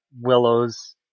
willows